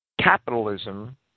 Capitalism